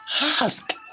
Ask